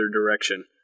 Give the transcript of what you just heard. direction